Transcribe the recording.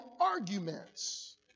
arguments